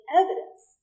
evidence